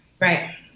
Right